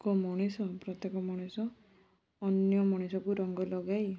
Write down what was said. ପ୍ରତ୍ୟେକ ମଣିଷ ପ୍ରତ୍ୟେକ ମଣିଷ ଅନ୍ୟ ମଣିଷକୁ ରଙ୍ଗ ଲଗାଇ